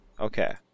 Okay